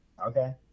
Okay